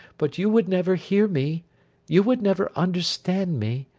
but you would never hear me you would never understand me.